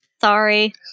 Sorry